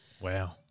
Wow